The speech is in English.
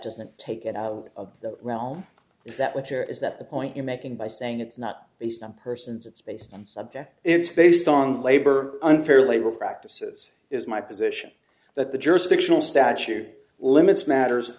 doesn't take it out of the realm if that letter is that the point you're making by saying it's not based on persons it's based on subject it's based on labor unfair labor practices is my position that the jurisdictional statute limits matters